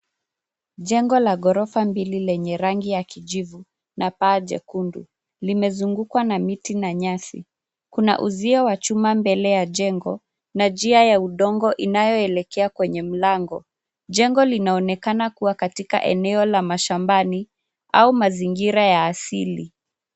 Jengo la ghorofa mbili lenye rangi ya kijivu na paa jekundu. Limezungukwa na miti na nyasi. Kuma uzio wa chuma mbele ya jengo na njia ya udongo inayoelekea kwenye mlango. Jengo linaonekana kuwa katika eneo la mashambani au mazingira ya asili.